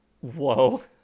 Whoa